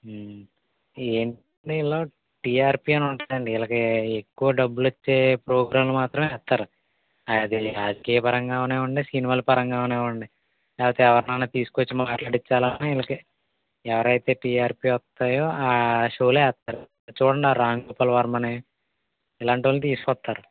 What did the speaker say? ఏంటి వీళ్లు టిఆర్పి అని ఉంటుందండి వీళ్లకి ఎక్కువ డబ్బులొచ్చే ప్రోగ్రాములు మాత్రమే వేస్తారు అది రాజకీయాలు పరంగా అవనివ్వండి సినిమాల పరంగా అవనివ్వండి లేకపోతే ఎవరినన్నా తీసుకొచ్చి మాట్లడిచ్చాలని వీళ్ళకి ఎవరైతే టిఆర్పి వస్తాయో ఆ షోలే వేస్తారు చూడండి ఆ రామ్గోపాల్వర్మ్ని ఇలాంటోళ్లని తీసుకొస్తారు